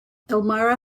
elmira